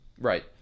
Right